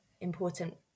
important